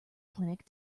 clinic